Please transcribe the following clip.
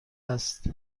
است